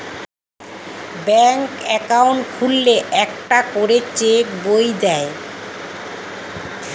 ব্যাঙ্কে অ্যাকাউন্ট খুললে একটা করে চেক বই দেয়